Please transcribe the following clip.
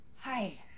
Hi